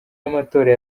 y’amatora